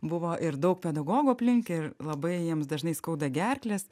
buvo ir daug pedagogų aplink ir labai jiems dažnai skauda gerkles